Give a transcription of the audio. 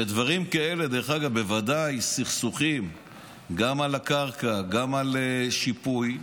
ודברים כאלה, סכסוכים גם על הקרקע, גם על שיפוי,